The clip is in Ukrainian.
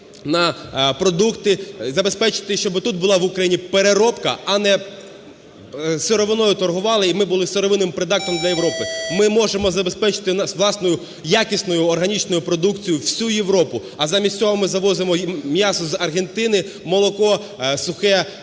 на продукти, забезпечити, щоб отут була в Україні переробка, а не сировиною торгували, і ми були сировинним придатком для Європи. Ми можемо забезпечити власною якісною органічною продукцією всю Європу, а замість цього ми завозимо і м'ясо з Аргентини, молоко сухе